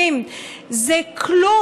70. זה כלום.